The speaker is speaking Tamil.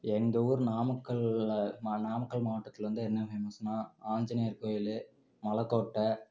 எங்கள் ஊர் நாமக்கல்லை நாமக்கல் மாவட்டத்தில் வந்து என்ன ஃபேமஸ்ன்னா ஆஞ்சநேயர் கோயில் மலைக்கோட்ட